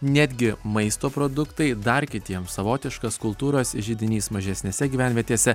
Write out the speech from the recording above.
netgi maisto produktai dar kitiems savotiškas kultūros židinys mažesnėse gyvenvietėse